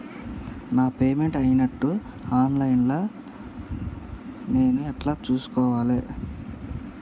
నా పేమెంట్ అయినట్టు online లా నేను ఎట్ల చూస్కోవాలే?